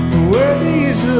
were these